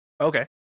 Okay